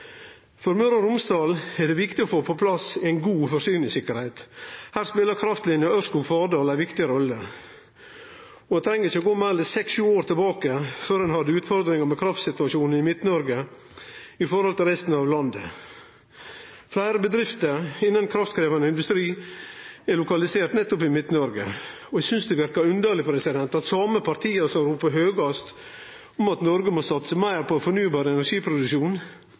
For Møre og Romsdal er det viktig å få på plass ei god forsyningssikkerheit. Her spelar kraftlinja Ørskog–Fardal ei viktig rolle. Ein treng ikkje gå meir enn seks–sju år tilbake før ein hadde utfordringar med kraftsituasjonen i Midt-Noreg i forhold til resten av landet. Fleire bedrifter innan kraftkrevjande industri er lokaliserte nettopp i Midt-Noreg. Eg synest det verkar underleg at dei same partia som ropar høgast om at Noreg må satse meir på fornybar energiproduksjon,